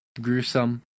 gruesome